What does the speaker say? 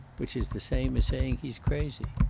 which is the same as saying he's crazy.